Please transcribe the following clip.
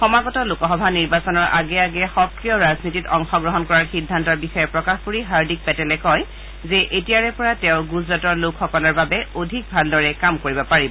সমাগত লোকসভা নিৰ্বাচনৰ আগে আগে সক্ৰিয় ৰাজনীতিত অংশগ্ৰহণ কৰাৰ সিদ্ধান্তৰ বিষয়ে প্ৰকাশ কৰি হাৰ্দিক পেটেলে কয় যে এতিয়াৰে পৰা তেওঁ গুজৰাটৰ লোকসকলৰ বাবে অধিক ভালদেৰ কাম কৰিব পাৰিব